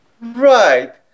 Right